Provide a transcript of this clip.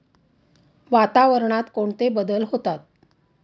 वातावरणात कोणते बदल होतात?